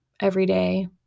everyday